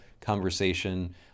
conversation